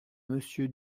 monsieur